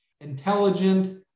Intelligent